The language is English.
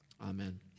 amen